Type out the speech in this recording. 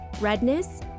Redness